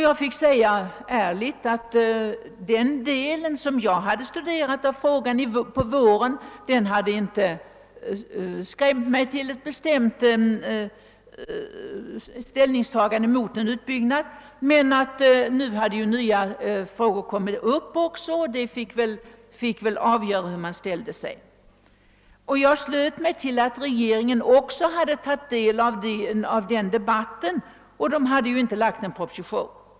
Jag fick ärligt svara att den del av frågan som jag hade studerat under våren inte hade skrämt mig till ett bestämt ställningstagande mot en utbyggnad men att nya frågor hade kommit till som väl fick avgöra vilken ståndpunkt man skulle ta. Jag slöt mig till att regeringen också hade tagit del av den debatten — och regeringen hade ju inte heller lagt någon proposition.